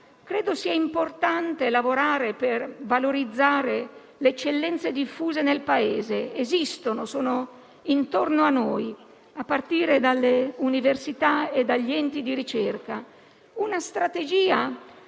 sia importante lavorare per valorizzare le eccellenze diffuse nel Paese. Esistono e sono intorno a noi, a partire dalle università e dagli enti di ricerca. Una strategia